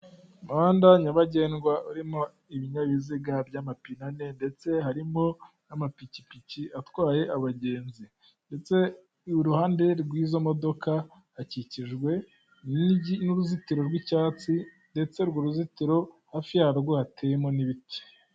Umuhanda nyabagendwa urimo ibinyabiziga by'amapinane ndetse harimo n'amapikipiki atwaye abagenzi ndetse iruhande rw'izo modoka hakikijwe n'uruzitiro rw'icyatsi ndetse urwo ruzitiro hafi yarwo rwateyemo n'ibiti.